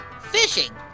...fishing